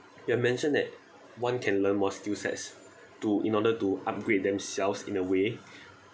you had mentioned that one can learn more skillsets to in order to upgrade themselves in a way